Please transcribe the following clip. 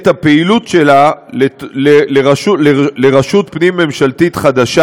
את הפעילות שלה לרשות פנים-ממשלתית חדשה